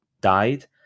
died